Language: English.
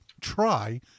try